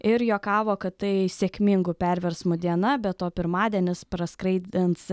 ir juokavo kad tai sėkmingų perversmų diena be to pirmadienis praskraidins